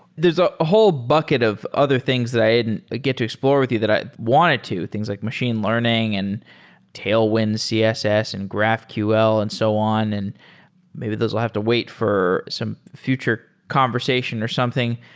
there's a whole bucket of other things that i didn't get to explore with you that i wanted to, things like machine learning and tailwind css and graphql and so on, and maybe those will have to wait for some future conversation or something.